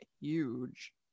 huge